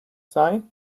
sei